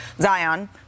Zion